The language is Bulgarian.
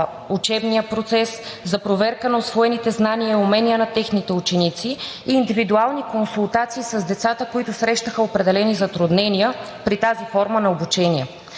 учебния процес, за проверка на усвоените знания и умения на техните ученици, и индивидуални консултации с децата, които срещаха определени затруднения при тази форма на обучение.